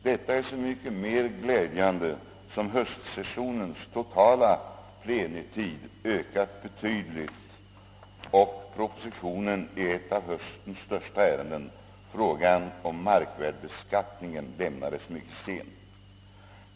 Detta är så mycket mer glädjande som höstsessionens totala plenitid ökat betydligt och propositionen i ett av höstens största ärenden, frågan om markvärdebeskattningen, lämnades mycket sent.